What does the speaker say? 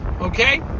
okay